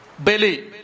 Belly